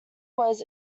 was